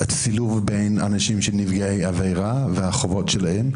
הצלבה בין אנשים נפגעי עבירה והחובות שלהם?